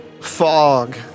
fog